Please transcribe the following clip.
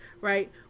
right